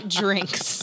drinks